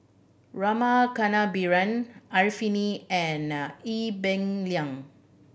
Rama Kannabiran Arifin and Ee Peng Liang